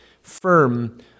firm